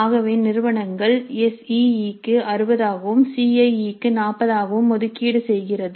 ஆகவே நிறுவனங்கள் தன்னாட்சி எஸ் இ ஈ க்கு 60 ஆகவும் சி ஐ இ க்கு 40 ஆகவும் ஒதுக்கீடு செய்திருக்கிறது